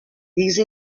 these